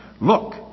Look